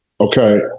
Okay